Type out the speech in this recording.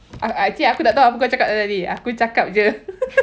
actually aku tak tahu kau cakap apa tadi aku cakap jer